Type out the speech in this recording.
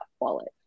wallet